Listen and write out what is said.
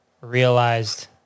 realized